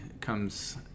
comes